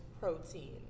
protein